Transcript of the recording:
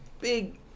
big